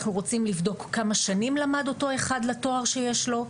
אנחנו רוצים לבדוק כמה שנים למד אותו אחד לתואר שיש לו,